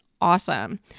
awesome